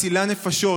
מצילה נפשות,